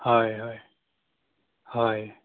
হয় হয় হয়